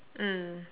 mm